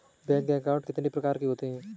Bank account कितने प्रकार के होते हैं?